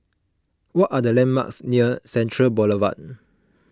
what are the landmarks near Central Boulevard